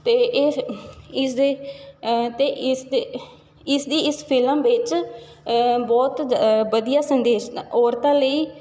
ਅਤੇ ਇਹ ਇਸਦੇ ਅਤੇ ਇਸ ਇਸਦੀ ਇਸ ਫਿਲਮ ਵਿੱਚ ਬਹੁਤ ਵਧੀਆ ਸੰਦੇਸ਼ ਔਰਤਾਂ ਲਈ